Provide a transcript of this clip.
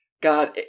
God